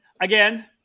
again